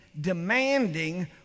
demanding